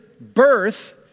birth